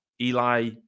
Eli